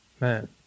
man